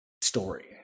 story